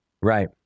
Right